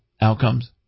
outcomes